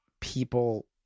people